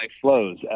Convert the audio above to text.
flows